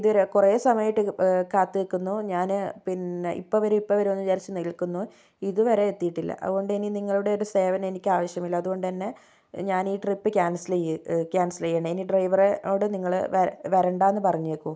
ഇത് ഒരു കുറെ സമയമായിട്ടു കാത്തു നിൽക്കുന്നു ഞാന് പിന്നേ ഇപ്പം വരും ഇപ്പം വരും വിചാരിച്ച് നില്ക്കുന്നു ഇതുവരെ എത്തിയിട്ടില്ല അതുകൊണ്ട് ഇനി നിങ്ങളുടെ ഒരു സേവനം എനിക്കാവശ്യമില്ല അതുകൊണ്ട് തന്നെ ഞാനീ ട്രിപ്പ് ക്യാൻസൽ ചെയ്യ ക്യാൻസൽ ചെയ്യുകയാണ് ഇനി ഡ്രൈവറോട് നിങ്ങള് വരണ്ടാന്ന് പറഞ്ഞേക്കൂ